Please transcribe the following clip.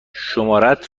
شمارهات